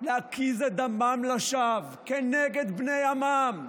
להקיז את דמם לשווא כנגד בני עמם,